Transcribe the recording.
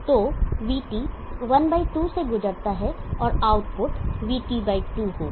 तो VT 12 से गुजरता है और आउटपुट VT 2 होगा